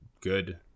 good